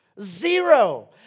zero